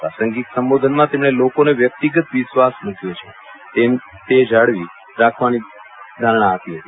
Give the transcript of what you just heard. પ્રાસંગિક સંબોધનમાં તેમણે લોકોને વ્યક્તિગત વિશ્વાસ મૂક્યો છે તે જાળવી રાખવાની ધારણા આપી હતી